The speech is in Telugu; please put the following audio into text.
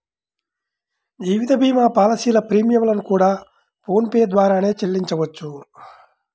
జీవిత భీమా పాలసీల ప్రీమియం లను కూడా ఫోన్ పే ద్వారానే చెల్లించవచ్చు